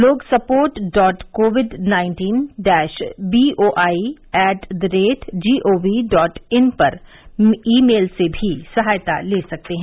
लोग support dot covid nineteen dash B O I at the rate G O V dot in पर email से भी सहायता ले सकते हैं